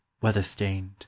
weather-stained